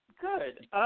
Good